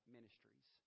Ministries